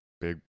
big